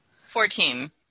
Fourteen